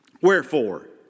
Wherefore